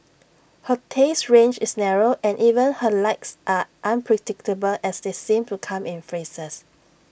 her taste range is narrow and even her likes are unpredictable as they seem to come in phases